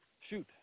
Shoot